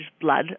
blood